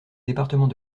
département